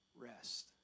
rest